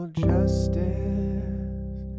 justice